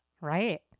right